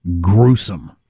gruesome